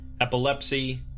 epilepsy